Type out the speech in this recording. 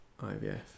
IVF